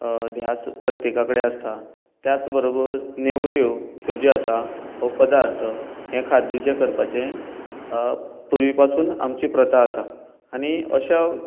ध्यास प्रत्येकां कडेन आसता त्याच बरोबर नेवऱ्यो ह्यो ज्यो आसा हो पदार्थ हे खाद्य जे करपाचे अं पयली पासून आमची प्रथा आसा आनी अश्या